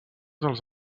dels